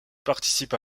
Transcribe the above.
participe